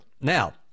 Now